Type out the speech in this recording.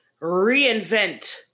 reinvent